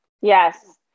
Yes